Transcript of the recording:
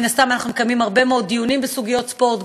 מן הסתם אנחנו מקיימים הרבה מאוד דיונים בסוגיות ספורט.